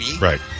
right